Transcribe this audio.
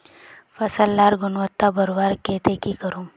फसल लार गुणवत्ता बढ़वार केते की करूम?